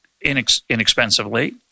inexpensively